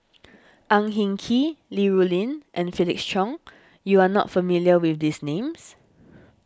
Ang Hin Kee Li Rulin and Felix Cheong you are not familiar with these names